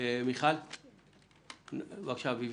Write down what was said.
חבר הכנסת אמיר אוחנה, בבקשה.